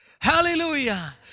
Hallelujah